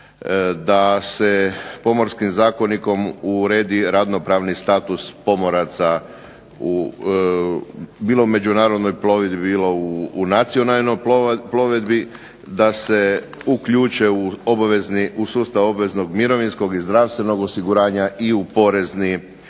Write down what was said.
da se Pomorskim zakonikom uredi radno pravni status pomoraca bilo u međunarodnoj plovidbi, bilo u nacionalnoj plovidbi, da se uključe u sustav obveznog mirovinskog i zdravstvenog osiguranja i u porezni